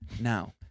Now